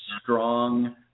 strong